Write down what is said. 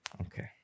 Okay